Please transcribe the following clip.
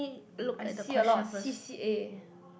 I see a lot of C_C_A